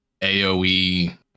AOE